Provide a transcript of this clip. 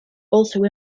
also